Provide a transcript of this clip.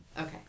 okay